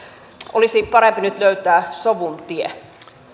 olisi parempi nyt löytää sovun tie